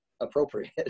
appropriate